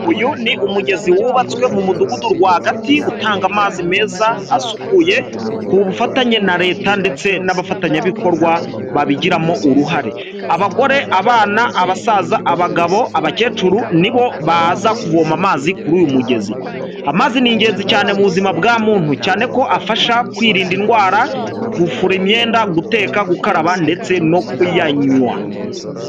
Uyu ni umugezi wubatswe mu mudugudu rwagati utanga amazi meza asukuye ku bufatanye na leta ndetse n'abafatanyabikorwa babigiramo uruhare, abagore, abana, abasaza, abagabo, abakecuru nibo baza kuvoma amazi kuri uyu mugezi, amazi ni ingenzi cyane mu buzima bwa muntu cyane ko afasha kwirinda indwara, gufura imyenda, guteka, gukaraba ndetse no kuyanywa.